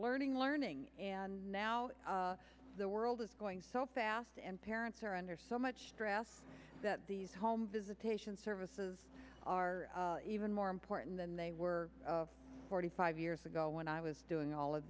learning learning and now the world is going so fast and parents are under so much stress that these home visitation services are even more important than they were forty five years ago when i was doing all of